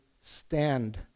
stand